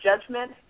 judgment